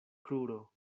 kruro